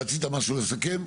רצית משהו לסכם?